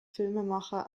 filmemacher